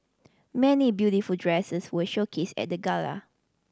many beautiful dresses were showcased at the gala